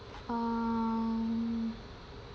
um